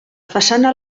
façana